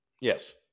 Yes